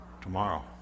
Tomorrow